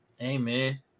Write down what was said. Amen